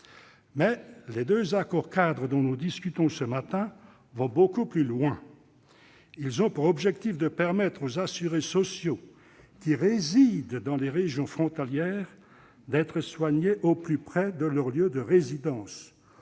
les deux accords-cadres dont nous discutons ce matin vont beaucoup plus loin. Ils ont pour objectif de permettre aux assurés sociaux qui résident dans les régions frontalières d'être soignés au plus près de leur lieu de résidence,